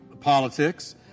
politics